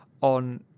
on